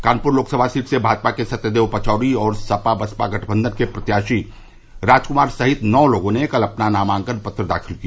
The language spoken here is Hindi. कानपुर लोकसभा सीट से भाजपा के सत्यदेव पचौरी और सपा बसपा गठबंधन के प्रत्याशी रामक्मार सहित नौ लोगों ने कल अपना नामांकन पत्र दाखिल किया